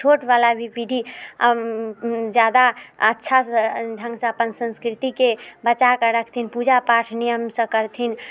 छोटवला भी पीढ़ी जादा अच्छा ढङ्गसँ अपन संस्कृतिके बचाकऽ रखथिन पूजा पाठ नियमसँ करथिन